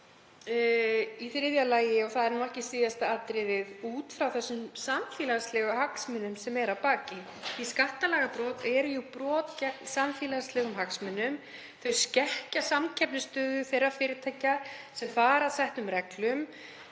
í þriðja lagi, og það er nú ekki síðasta atriðið, út frá þeim samfélagslegu hagsmunum sem eru að baki, því að skattalagabrot eru jú brot gegn samfélagslegum hagsmunum, þau skekkja samkeppnisstöðu þeirra fyrirtækja sem fara að settum reglum,